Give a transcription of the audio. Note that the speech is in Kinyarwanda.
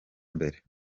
mbere